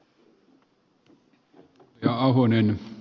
herra puhemies